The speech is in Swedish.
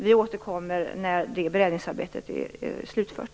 Vi återkommer när det beredningsarbetet är slutfört.